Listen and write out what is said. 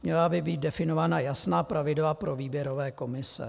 Měla by být definovaná jasná pravidla pro výběrové komise.